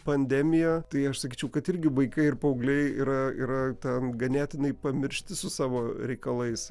pandemija tai aš sakyčiau kad irgi vaikai ir paaugliai yra yra ten ganėtinai pamiršti su savo reikalais